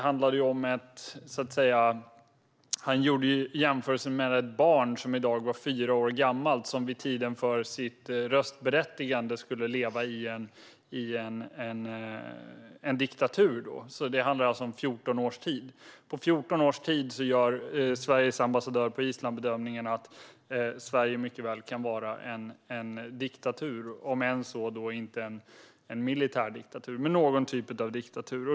Han talade om ett barn som i dag är fyra år gammalt och som när det blir röstberättigat skulle leva i en diktatur. Det handlar alltså om 14 års tid. Sveriges ambassadör på Island gör bedömningen att Sverige om 14 år mycket väl kan vara en diktatur - inte en militärdiktatur men väl någon typ av diktatur.